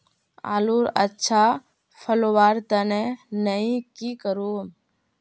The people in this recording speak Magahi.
आलूर अच्छा फलवार तने नई की करूम?